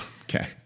Okay